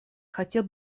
хотел